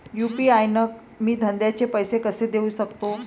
UPI न मी धंद्याचे पैसे कसे देऊ सकतो?